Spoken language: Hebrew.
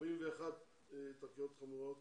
41 תקריות חמורות